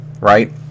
right